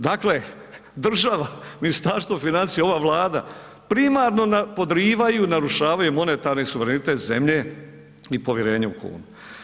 Dakle, država, Ministarstvo financija i ova Vlada primarno podrivaju, narušavaju, monetarni suverenitet zemlje i povjerenje u kunu.